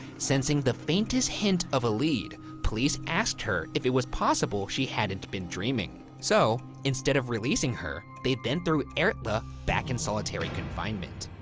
sensing the faintest hint of a lead, police asked her if it was possible she hadn't been dreaming. so instead of releasing her, they then threw erla back in solitary confinement.